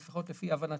לפחות לפי הבנתי,